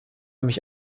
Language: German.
mich